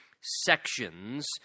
sections